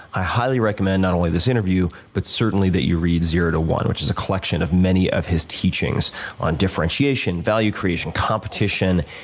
i highly recommend not only this interview but, certainly, that you read zero to one, which is a collection of many of his teachings on differentiation, value creation, competition.